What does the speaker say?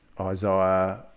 Isaiah